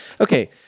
Okay